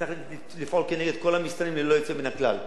צריך לפעול כנגד כל המסתננים ללא יוצא מן הכלל.